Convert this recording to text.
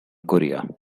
korea